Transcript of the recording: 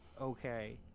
Okay